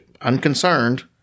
unconcerned